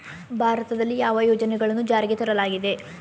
ಭಾರತದಲ್ಲಿ ಯಾವ ಯೋಜನೆಗಳನ್ನು ಜಾರಿಗೆ ತರಲಾಗಿದೆ?